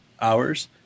hours